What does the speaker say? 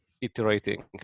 iterating